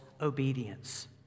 obedience